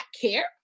care